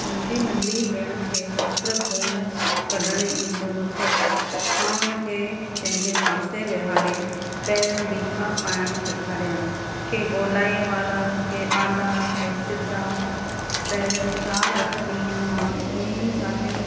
मुंहिंजी नढ़ी भेण खे चित्र कोन कढणु ईंदो अथसि मां हुन खे पंहिंजे पासे विहारे पहिरियों लीका पाइणु सिखारिया के ॻोलाई वारा के आॾा कोइ सिधा पहिरियों चारि अठ ॾींहुं मां ईअं ईं ॻाल्हियूं